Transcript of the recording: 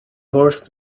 horse